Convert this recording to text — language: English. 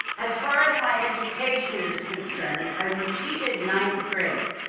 as far as my education is concerned i repeated ninth grade,